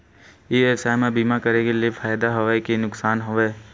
ई व्यवसाय म बीमा करे ले फ़ायदा हवय के नुकसान हवय?